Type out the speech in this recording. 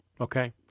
Okay